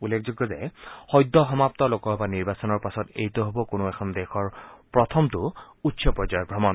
উল্লেখযোগ্য যে সদ্যসমাপ্ত লোকসভা নিৰ্বাচনৰ পাছত এইটো হ'ব কোনো এখন দেশৰ প্ৰথমটো উচ্চ পৰ্যায়ৰ ভ্ৰমণ